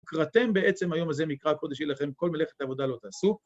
קראתם בעצם היום הזה מקרא קודש היא לכם, כל מלאכת עבודה לא תעשו,